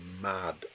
mad